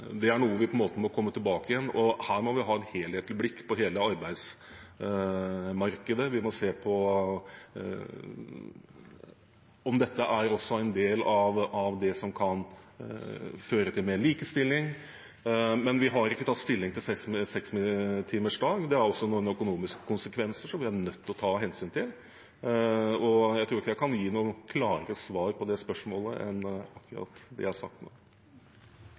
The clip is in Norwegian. Det er noe vi må komme tilbake til, og her må vi ha et helhetlig blikk på hele arbeidsmarkedet. Vi må se på om dette er noe av det som kan føre til mer likestilling, men vi har ikke tatt stilling til 6-timersdagen. Dette har også noen økonomiske konsekvenser som vi er nødt til å ta hensyn til. Jeg tror ikke jeg kan gi noe klarere svar på spørsmålet enn det jeg har sagt nå.